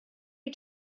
you